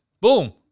Boom